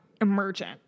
emergent